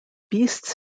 beasts